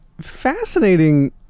fascinating